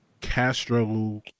Castro